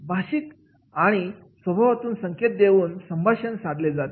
भाषिक आणि स्वभावातून संकेत देऊन संभाषण साधले जाते